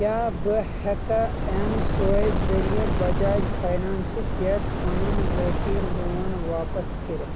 کیٛاہ بہٕ ہٮ۪کا ایٚم سٕوایپ ذٔریعہٕ باجاج فاینانٛسہٕ پٮ۪ٹھ پنُن ذٲتی لون واپس کٔرِتھ؟